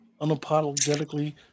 unapologetically